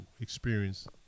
experience